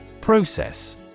Process